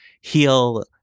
heal